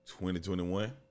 2021